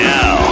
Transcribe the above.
Now